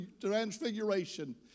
Transfiguration